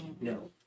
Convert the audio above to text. No